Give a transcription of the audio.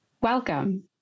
Welcome